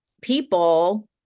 people